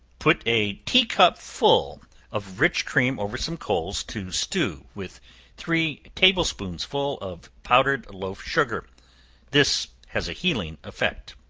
put a tea-cupful of rich cream over some coals to stew with three table-spoonsful of powdered loaf-sugar. this has a healing effect.